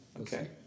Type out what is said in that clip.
Okay